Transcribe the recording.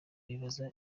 bibaza